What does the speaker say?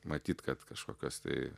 matyt kad kažkokios tai